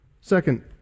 Second